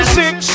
six